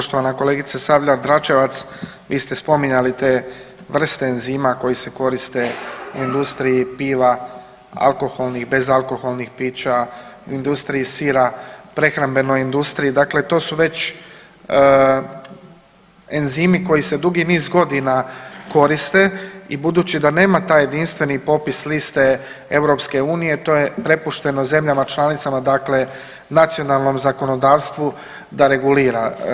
Poštovana kolegice Sabljar-Dračevac, vi ste spominjali te vrste enzima koji se koriste u industriji piva, alkoholnih, bezalkoholnih pića, u industriji sira, prehrambenoj industriji, dakle to su već enzimi koji se dugi niz godina koriste i budući da nema taj jedinstveni popis liste EU, to je prepušteno zemljama članicama, dakle nacionalnom zakonodavstvu da regulira.